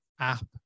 app